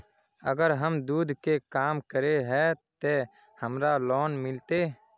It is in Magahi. अगर हम दूध के काम करे है ते हमरा लोन मिलते?